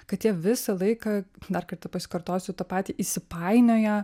kad jie visą laiką dar kartą pasikartosiu į tą patį įsipainioję